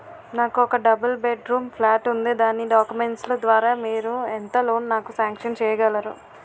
నాకు ఒక double bedroom flat ఉంది దాని డాక్యుమెంట్స్ లు ద్వారా మీరు ఎంత లోన్ నాకు సాంక్షన్ చేయగలరు?